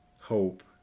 hope